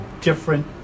different